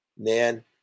Man